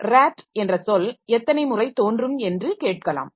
இதில் rat என்ற சொல் எத்தனை முறை தோன்றும் என்று கேட்கலாம்